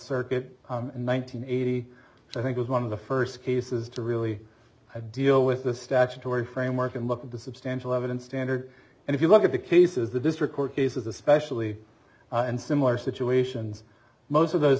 hundred eighty i think was one of the first cases to really deal with the statutory framework and look at the substantial evidence standard and if you look at the cases the district court cases especially and similar situations most of those